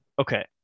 Okay